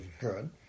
good